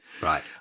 Right